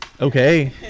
okay